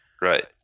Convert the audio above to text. Right